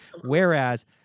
whereas